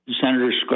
Senator